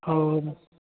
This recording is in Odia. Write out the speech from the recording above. ହଉ